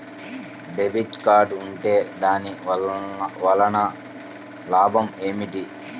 Debit card ఉంటే దాని వలన లాభం ఏమిటీ?